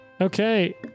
Okay